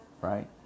right